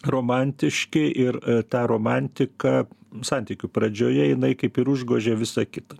romantiški ir ta romantika santykių pradžioje jinai kaip ir užgožia visa kita